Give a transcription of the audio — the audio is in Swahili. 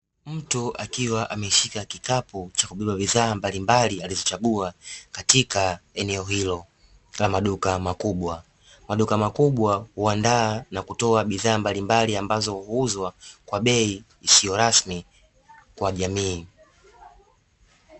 Mtu akiwa ameshika kikapu cha kuburuzia bidhaa mbalimbali alizochagua katika eneo hilo, la maduka makubwa. Maduka makubwa huandaa na kutoa bidhaa mbalimbali, ambazo huuzwa kwa bei isiyo rasmi kwa jamii.